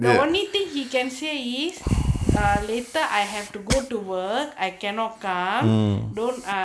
the only thing he can say is err later I have to go to work I cannot come don't err